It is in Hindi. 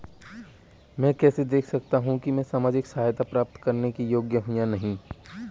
मैं कैसे देख सकता हूं कि मैं सामाजिक सहायता प्राप्त करने योग्य हूं या नहीं?